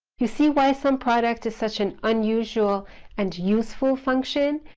you see why sumproduct is such an unusual and useful function.